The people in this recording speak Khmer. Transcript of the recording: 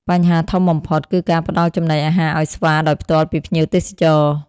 បញ្ហាធំបំផុត គឺការផ្តល់ចំណីអាហារឱ្យស្វាដោយផ្ទាល់ពីភ្ញៀវទេសចរ។